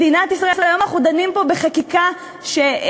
מדינת ישראל, היום אנחנו דנים פה בחקיקה שהולכת